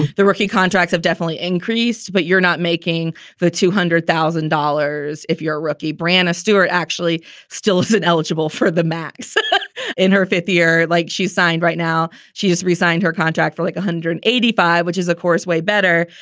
the rookie contracts have definitely increased. but you're not making the two hundred thousand dollars if you're a rookie. breanna stewart actually still isn't eligible for the maximum in her fifth year like she signed right now, she has resigned her contract for like one hundred and eighty five. which is, of course, way better.